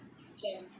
can